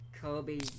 Kobe